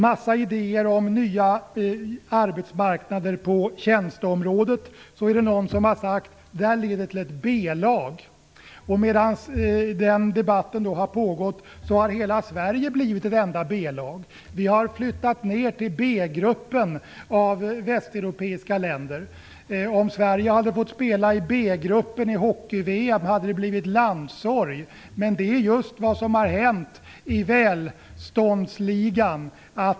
Massor av idéer om nya arbetsmarknader på tjänsteområdet har förts fram och så är det någon som har sagt: Det där leder till ett B-lag. Medan den debatten har pågått har hela Sverige blivit ett enda B-lag. Vi har flyttat ned till B gruppen av västeuropeiska länder. Om Sverige hade fått spela i B-gruppen i hockey-VM hade det blivit landssorg, men det är just vad som har hänt i välståndsligan.